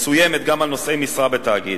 מסוימת גם על נושאי משרה בתאגיד.